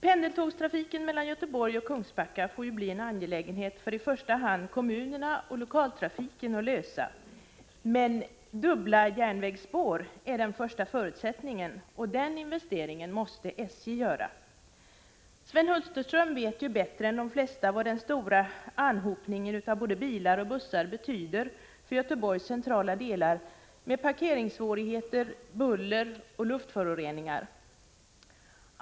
Pendeltågstrafiken mellan Göteborg och Kungsbacka får bli en angelägenhet i första hand för kommunerna och lokaltrafiken att lösa. Dubbla järnvägsspår är emellertid den första förutsättningen, och den investeringen måste SJ göra. Sven Hulterström vet bättre än de flesta vad den stora anhopningen av både bilar och bussar betyder för Göteborgs centrala delar med parkeringssvårigheter, buller och luftföroreningar.